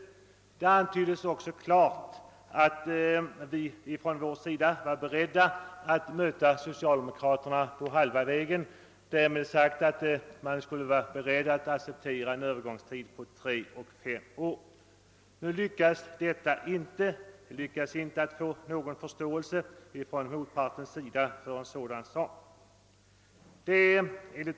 Det antyddes då också klart att vi var beredda att möta socialdemokraterna på halva vägen, alltså att acceptera en övergångstid på tre respektive fem år. Vi lyckades emellertid inte vinna någon förståelse för den saken hos motparten.